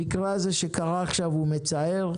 המקרה הזה שקרה עכשיו הוא מצער.